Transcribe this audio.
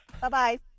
Bye-bye